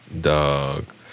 Dog